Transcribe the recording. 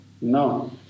No